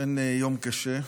אכן יום קשה,